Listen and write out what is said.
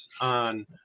on